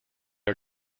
are